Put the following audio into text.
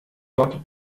dort